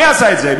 מי עשה את זה?